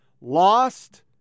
lost